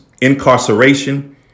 incarceration